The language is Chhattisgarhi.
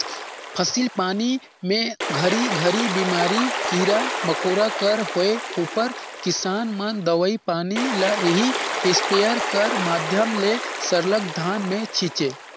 फसिल पानी मे घरी घरी बेमारी, कीरा मकोरा कर होए उपर किसान मन दवई पानी ल एही इस्पेयर कर माध्यम ले सरलग धान मे छीचे